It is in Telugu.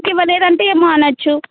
ఇవ్వలేదంటే ఏమో అనచ్చు